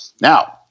Now